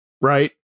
right